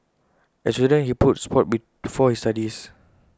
as A student he put Sport before his studies